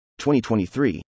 2023